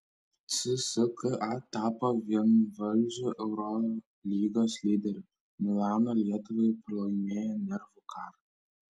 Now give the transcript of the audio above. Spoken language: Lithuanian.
cska tapo vienvaldžiu eurolygos lyderiu milano lietuviai pralaimėjo nervų karą